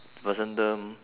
vasantham